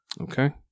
Okay